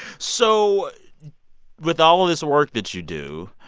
so with all of this work that you do,